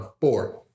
four